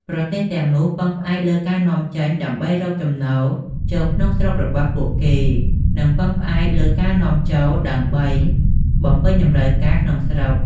ប្រទេសទាំងនោះពឹងផ្អែកលើការនាំចេញដើម្បី រកចំណូលចូលក្នុងស្រុករបស់ពួកគេ និងពឹងផ្អែកលើការនាំចូលដើម្បី បំពេញតម្រូវការ ក្នុងស្រុក។